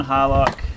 Harlock